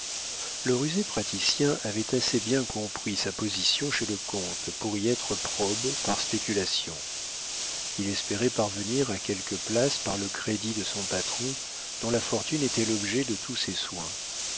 le rusé praticien avait assez bien compris sa position chez le comte pour y être probe par spéculation il espérait parvenir à quelque place par le crédit de son patron dont la fortune était l'objet de tous ses soins